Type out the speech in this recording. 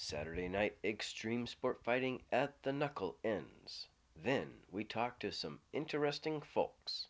saturday night extreme sport fighting at the knuckle and then we talk to some interesting folks